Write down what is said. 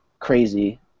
crazy